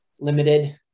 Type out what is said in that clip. limited